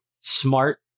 smart